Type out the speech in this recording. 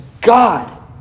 God